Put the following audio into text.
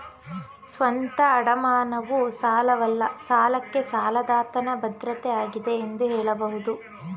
ಸ್ವಂತ ಅಡಮಾನವು ಸಾಲವಲ್ಲ ಸಾಲಕ್ಕೆ ಸಾಲದಾತನ ಭದ್ರತೆ ಆಗಿದೆ ಎಂದು ಹೇಳಬಹುದು